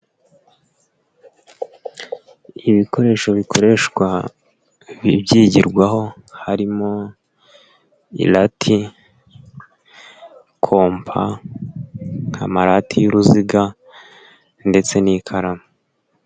Ibikoresho bikoreshwa, byigirwaho, harimo, irati, kompa nk'amarati y'uruziga ndetse n'ikaramu.